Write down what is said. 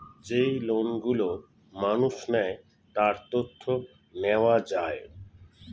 যেই লোন গুলো মানুষ নেয়, তার তথ্য নেওয়া যায়